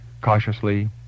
cautiously